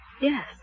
Yes